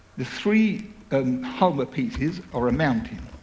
the three um helmet pieces are mountain.